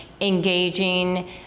engaging